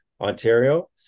Ontario